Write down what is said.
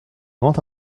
grand